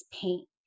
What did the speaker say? paint